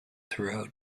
throughout